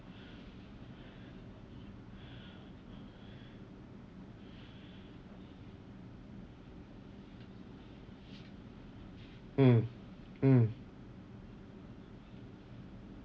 mm mm